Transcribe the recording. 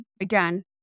Again